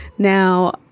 Now